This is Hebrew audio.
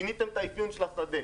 שיניתם את האפיון של השדה.